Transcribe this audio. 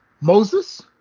Moses